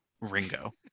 Ringo